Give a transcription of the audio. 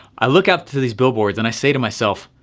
i look up to these billboards. and i say to myself,